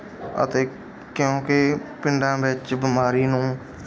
ਅਤੇ ਕਿਉਂਕਿ ਪਿੰਡਾਂ ਵਿੱਚ ਬਿਮਾਰੀ ਨੂੰ